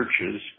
churches